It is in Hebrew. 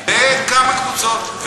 בכמה קבוצות,